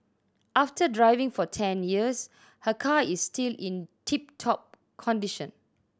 after driving for ten years her car is still in tip top condition